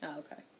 okay